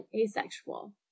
asexual